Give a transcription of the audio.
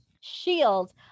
shield